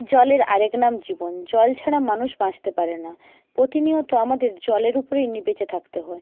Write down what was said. জলের আর এক নাম জীবন জল ছাড়া মানুষ বাঁচতে পারে না প্রতিনিয়ত আমাদের জলের উপরেই নিয়ে বেঁচে থাকতে হয়